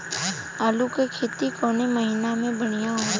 आलू क खेती कवने महीना में बढ़ियां होला?